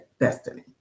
destiny